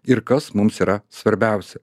ir kas mums yra svarbiausia